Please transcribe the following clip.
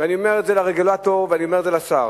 ואני אומר את זה לרגולטור ואני אומר את זה לשר: